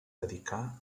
dedicà